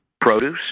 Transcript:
produce